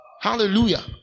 Hallelujah